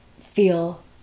feel